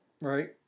Right